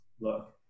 Look